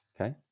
Okay